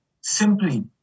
simply